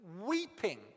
weeping